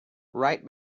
right